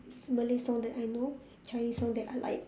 malay songs that I know chinese songs that I like